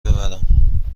ببرم